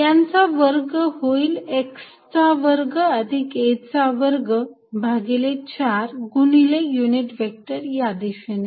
यांचा वर्ग होईल x चा वर्ग अधिक a चा वर्ग भागिले 4 गुणिले युनिट व्हेक्टर या दिशेने